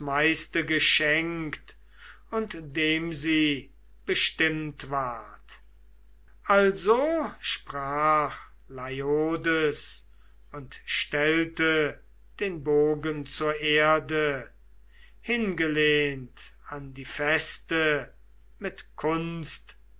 geschenkt und dem sie bestimmt ward also sprach leiodes und stellte den bogen zur erden hingelehnt an die feste mit kunst